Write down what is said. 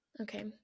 Okay